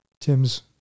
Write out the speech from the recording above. Tim's